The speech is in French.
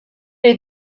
est